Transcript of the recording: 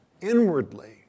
inwardly